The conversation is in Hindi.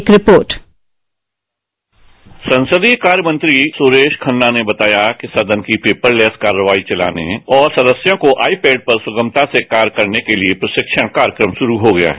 एक रिपोर्ट संसदीय कार्य मंत्री सुरेश खन्ना ने बताया कि सदन की पेपरलेस कार्यवाही चलाने और सदस्यों को आईपैड पर सुगमता से कार्य करने के लिए प्रशिक्षण का कार्यक्रम शुरू हो गई है